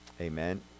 Amen